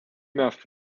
enough